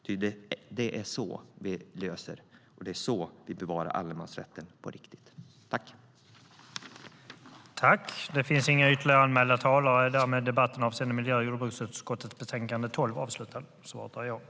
Ty det är så vi bevarar allemansrätten på riktigt. Överläggningen var härmed avslutad.